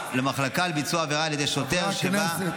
למחלקה על ביצוע עבירה על ידי שוטר שבה -- חברי הכנסת,